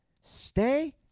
stay